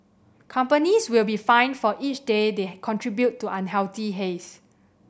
companies will be fined for each day that they contribute to unhealthy haze